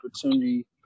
opportunity